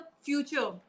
future